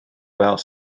weld